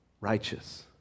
righteous